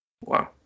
Wow